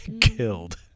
killed